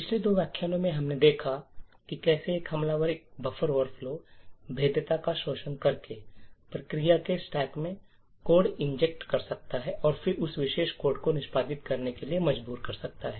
पिछले दो व्याख्यानों में हमने देखा कि कैसे एक हमलावर एक बफर ओवरफ्लो भेद्यता का शोषण करके प्रक्रिया के में कोड इंजेक्ट कर सकता है और फिर उस विशेष कोड को निष्पादित करने के लिए मजबूर करता है